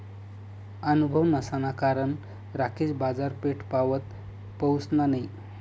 अनुभव नसाना कारण राकेश बाजारपेठपावत पहुसना नयी